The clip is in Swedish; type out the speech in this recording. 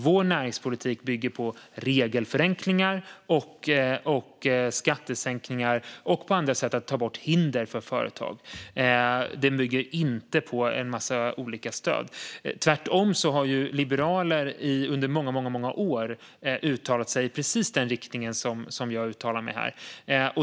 Vår näringspolitik bygger på regelförenklingar, skattesänkningar och annat för att ta bort hinder för företag. Den bygger inte på en massa olika stöd. Tvärtom har liberaler under många år uttalat sig i precis den riktning som jag uttalar mig i här.